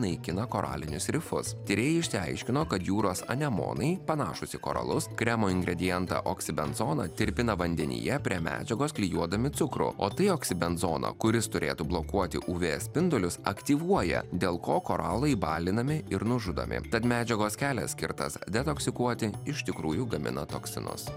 naikina koralinius rifus tyrėjai išsiaiškino kad jūros anemonai panašūs į koralus kremo ingredientą oksibenzoną tirpina vandenyje prie medžiagos klijuodami cukrų o tai oksibenzoną kuris turėtų blokuoti uv spindulius aktyvuoja dėl ko koralai balinami ir nužudomi tad medžiagos kelias skirtas detoksikuoti iš tikrųjų gamina toksinus